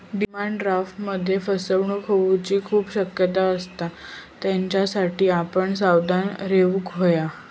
demand ड्राफ्टमध्ये फसवणूक होऊची खूप शक्यता असता, त्येच्यासाठी आपण सावध रेव्हूक हव्या